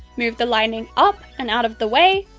move the lining up and out of the way,